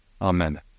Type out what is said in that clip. Amen